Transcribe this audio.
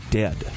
dead